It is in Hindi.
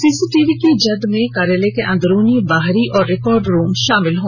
सीसीटीवी की जद में कार्यालय के अंदरूनी बाहरी तथा रिकॉर्ड रूम शामिल हो